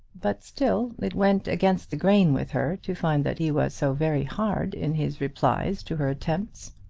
but still it went against the grain with her to find that he was so very hard in his replies to her attempts.